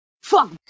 fuck